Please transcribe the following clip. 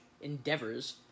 endeavors